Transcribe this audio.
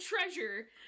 treasure